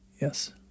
Yes